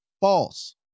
False